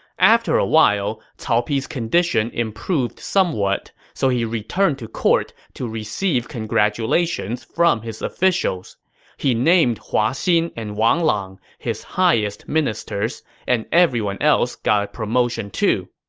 after a while, cao pi's condition improved somewhat, so he returned to court to receive congratulations from his officials. he named hua xin and wang lang his highest ministers, and everyone else got a promotion, too.